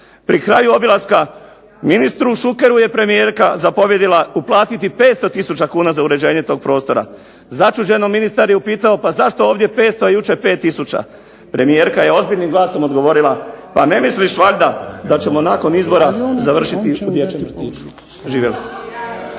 Pri kraju obilaska ministru Šukeru je premijerka zapovjedila uplatiti 500 tisuća kuna za uređenje toga prostora. Začuđeno ministar je pitao, pa zašto ovdje 5 jučer 5 tisuća? Premijerka je ozbiljnim glasom odgovorila, pa ne misliš valjda da ćemo nakon izbora završiti u dječjem vrtiću. Živjeli.